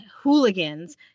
hooligans